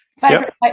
Favorite